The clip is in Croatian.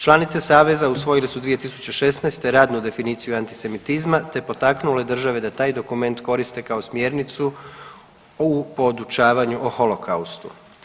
Članice Saveza usvojili su 2016. radnu definiciju antisemitizma te potaknule države da taj dokument koriste kao smjernicu u podučavanju u holokaustu.